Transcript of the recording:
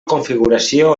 configuració